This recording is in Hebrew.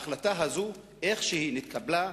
ההחלטה הזאת איך שהיא נתקבלה,